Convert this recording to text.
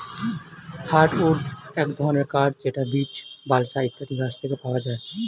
hardwood এক ধরনের কাঠ যেটা বীচ, বালসা ইত্যাদি গাছ থেকে পাওয়া যায়